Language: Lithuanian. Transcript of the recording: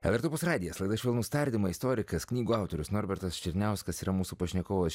lrt opus radijo laida švelnūs tardymai istorikas knygų autorius norbertas černiauskas yra mūsų pašnekovas